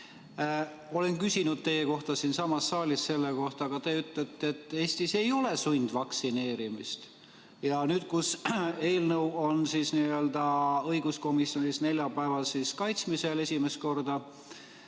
Olen küsinud teie käest siinsamas saalis selle kohta, aga te ütlete, et Eestis ei ole sundvaktsineerimist. Ja nüüd, kus eelnõu on õiguskomisjonis neljapäeval esimest korda